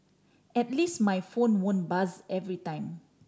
at least my phone won't buzz every time